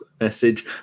message